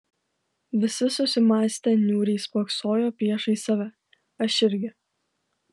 visi susimąstę niūriai spoksojo priešais save aš irgi